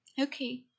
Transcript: Okay